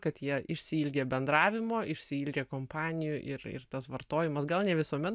kad jie išsiilgę bendravimo išsiilgę kompanijų ir ir tas vartojimas gal ne visuomet